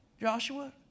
Joshua